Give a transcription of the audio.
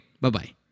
bye-bye